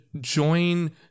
join